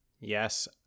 Yes